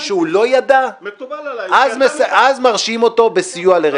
שהוא לא ידע, אז מרשיעים אותו בסיוע לרצח.